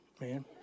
man